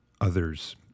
others